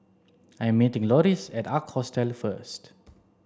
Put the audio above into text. I'm meeting Loris at Ark Hostel first